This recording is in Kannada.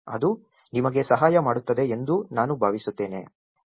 ಅದು ನಿಮಗೆ ಸಹಾಯ ಮಾಡುತ್ತದೆ ಎಂದು ನಾನು ಭಾವಿಸುತ್ತೇನೆ